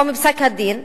או מפסק-הדין,